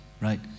right